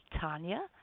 Tanya